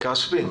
עומר פרלמן